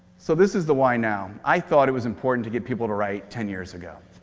so this is the why now. i thought it was important to get people to write ten years ago.